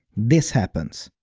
this happens.